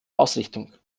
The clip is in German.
ausrichtung